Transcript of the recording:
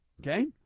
Okay